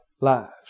lives